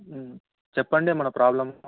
చెప్పండి ఏమైనా ప్రాబ్లం ఉందా